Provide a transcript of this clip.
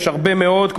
יש הרבה מאוד,